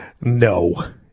No